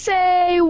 Say